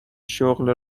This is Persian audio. شغل